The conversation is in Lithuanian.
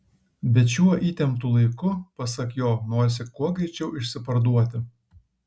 bet šiuo įtemptu laiku pasak jo norisi kuo greičiau išsiparduoti